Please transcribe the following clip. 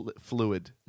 fluid